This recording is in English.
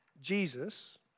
Jesus